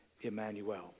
Emmanuel